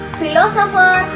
philosopher